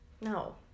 No